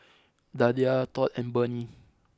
Dalia Todd and Burney